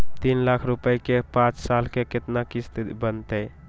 तीन लाख रुपया के पाँच साल के केतना किस्त बनतै?